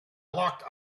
locked